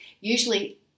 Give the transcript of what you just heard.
Usually